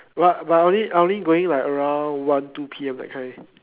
but but I only I only going like around one two P_M that kind